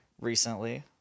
recently